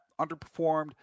underperformed